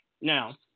Now